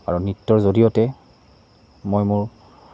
আৰু নৃত্যৰ জৰিয়তে মই মোৰ